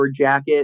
jacket